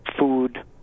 food